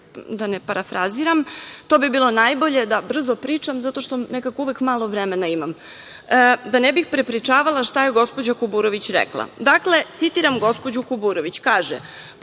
da ne parafraziram, to bi bilo najbolje da brzo pričam, zato što nekako uvek malo vremena imam. Da ne bih prepričavala šta je gospođa Kuburović rekla, dakle, citiram gospođu Kuburović, kaže